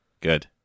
Good